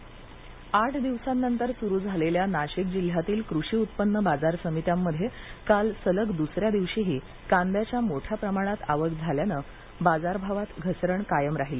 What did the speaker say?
कांदा घसरण नाशिक आठ दिवसांनंतर सुरू झालेल्या नाशिक जिल्ह्यातील कृषी उत्पन्न बाजार समित्यांमध्ये काल सलग दुसऱ्या दिवशीही कांद्याच्या मोठ्या प्रमाणात आवक झाल्यानं भावात घसरण कायम राहिली